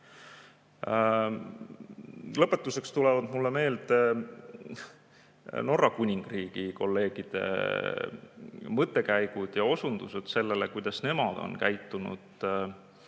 Lõpetuseks tulevad mulle meelde Norra Kuningriigi kolleegide mõttekäigud ja osundused sellele, kuidas nemad on käitunud